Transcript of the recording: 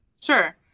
Sure